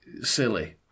silly